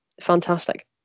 fantastic